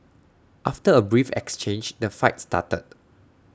after A brief exchange the fight started